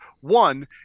one